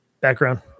background